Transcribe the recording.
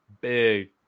big